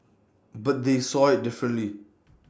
but they saw IT differently